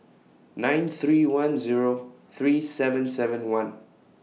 nine three one Zero three seven seven one